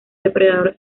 depredador